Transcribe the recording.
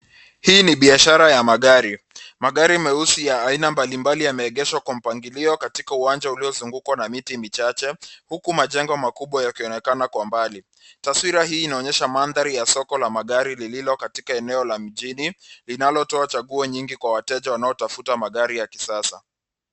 Hii ni biashara ya magari. Magari meusi ya aina mbalimbali yameegeshwa kwa mpangilio katika uwanja uliozungukwa na miti michache, huku majengo makubwa yakionekana kwa mbali. Taswira hii inaonyesha mandhari ya soko la magari lililo katika eneo la mjini, linalotoa chaguo nyingi kwa wateja wanaotafuta magari ya kisasa.